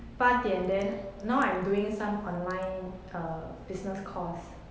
八点 then now I'm doing some online err business course